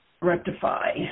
Rectify